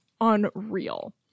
unreal